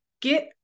get